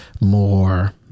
more